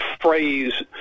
phrase